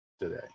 today